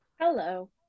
hello